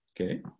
Okay